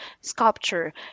sculpture